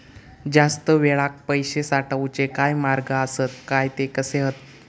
जास्त वेळाक पैशे साठवूचे काय मार्ग आसत काय ते कसे हत?